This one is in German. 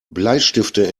bleistifte